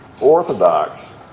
orthodox